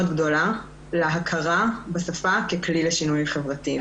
גדולה להכרה בשפה ככלי לשינוי חברתי.